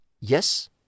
Yes